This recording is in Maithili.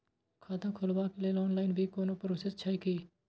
खाता खोलाबक लेल ऑनलाईन भी कोनो प्रोसेस छै की?